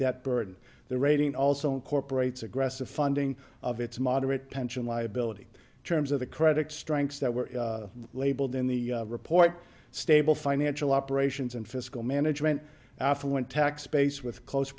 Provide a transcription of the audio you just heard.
debt burden the rating also incorporates aggressive funding of its moderate pension liability terms of the credit strengths that were labeled in the report stable financial operations and fiscal management affluent tax base with close